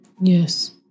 Yes